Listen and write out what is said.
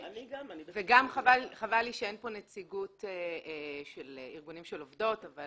וגם חבל לי שאין פה נציגות של ארגונים של עובדות אבל